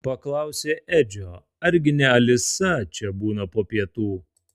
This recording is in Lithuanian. paklausė edžio argi ne alisa čia būna po pietų